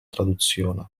traduzione